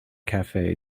cafe